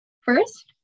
First